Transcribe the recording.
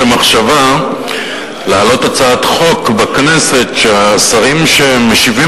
למחשבה להעלות הצעת חוק בכנסת שהשרים שמשיבים